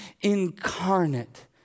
incarnate